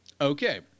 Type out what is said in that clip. Okay